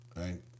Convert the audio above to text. right